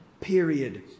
period